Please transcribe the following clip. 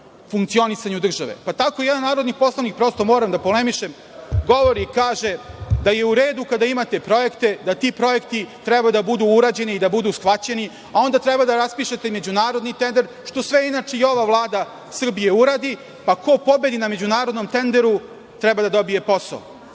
funkcionisanju države. Tako jedan narodni poslanik, prosto moram da polemišem, govori i kaže da je u redu kada imate projekte, da ti projekti treba da budu uređeni i da budu shvaćeni, a onda treba da raspišete međunarodni tender, što sve inače i ova Vlada Srbije uradi, pa ko pobedi na međunarodnom tenderu, treba da dobije posao.